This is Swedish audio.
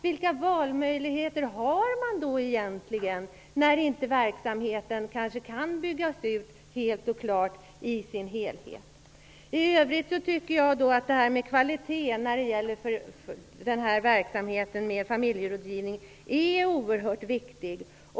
Vilka valmöjligheter har man egentligen, när verksamheten kanske inte kan byggas ut i sin helhet? I övrigt tycker jag att kvaliteten när det gäller verksamheten med familjerådgivning är oerhört viktig.